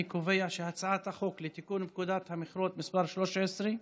אני קובע שהצעת חוק לתיקון פקודת המכרות (מס' 13),